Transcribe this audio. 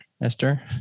Esther